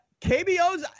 KBOs